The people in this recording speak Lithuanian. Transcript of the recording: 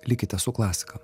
likite su klasika